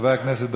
מס' 11291,